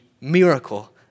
miracle